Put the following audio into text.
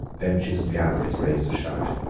benches and galleries raised a shout.